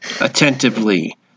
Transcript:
Attentively